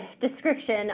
description